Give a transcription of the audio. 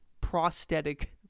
Prosthetic